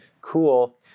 cool